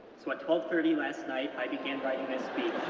so at twelve thirty last night, i began writing this speech.